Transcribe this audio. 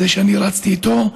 זה שאני רצתי איתו,